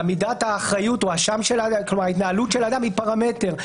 מידת האחריות או ההתנהלות של אדם היא פרמטר,